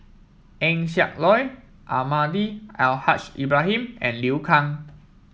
Eng Siak Loy Almahdi Al Haj Ibrahim and Liu Kang